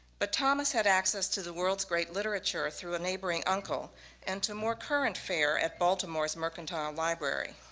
but thomas had access to the world's great literature through a neighboring uncle and to more current fare at baltimore's mercantile library.